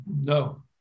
No